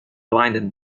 blinded